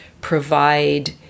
provide